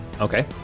Okay